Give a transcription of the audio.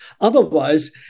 Otherwise